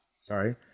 sorry